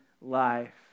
life